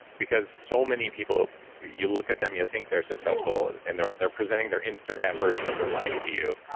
because so many people you look at them, you think they're successful and they're they're presenting their instagram version of their life to you.